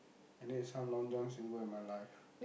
I need some Long-John-Silvers in my life